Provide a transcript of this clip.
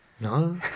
No